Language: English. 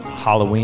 Halloween